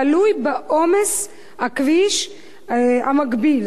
תלוי בעומס הכביש המקביל.